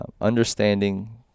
understanding